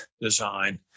design